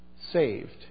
saved